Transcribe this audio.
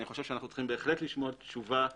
אני פותחת את ישיבת ועדת הפנים והגנת הסביבה.